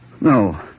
No